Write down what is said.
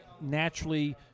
naturally